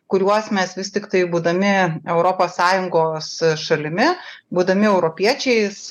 kuriuos mes vis tiktai būdami europos sąjungos šalimi būdami europiečiais